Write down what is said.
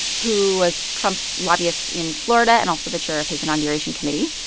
who was trump's lobbyist in florida and also the chair of his inauguration committee,